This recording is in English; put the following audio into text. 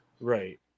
Right